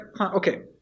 Okay